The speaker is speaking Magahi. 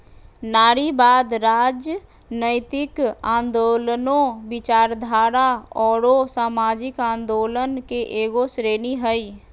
नारीवाद, राजनयतिक आन्दोलनों, विचारधारा औरो सामाजिक आंदोलन के एगो श्रेणी हइ